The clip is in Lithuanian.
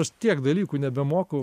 aš tiek dalykų nebemoku